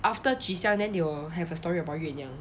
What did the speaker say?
after 菊香 then they will have a story about 月娘